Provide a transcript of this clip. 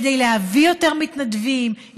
כדי להביא יותר מתנדבים,